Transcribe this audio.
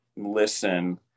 Listen